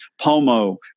POMO